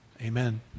amen